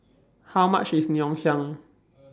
How much IS Ngoh Hiang